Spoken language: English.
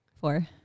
four